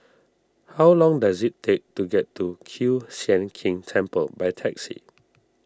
how long does it take to get to Kiew Sian King Temple by taxi